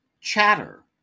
Chatter